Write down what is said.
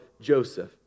Joseph